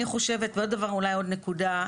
ואולי עוד נקודה.